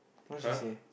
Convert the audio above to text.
what she say